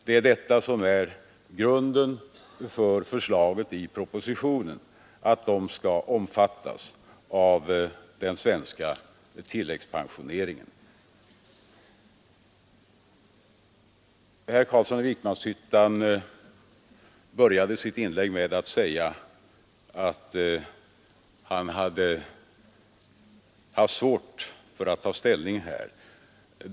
Det är detta som är grunden för förslaget i propositionen att de skulle omfattas av den svenska tilläggspensioneringen. Herr Carlsson i Vikmanshyttan började sitt inlägg med att säga att han hade haft svårt att ta ställning.